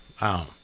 wow